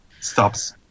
stops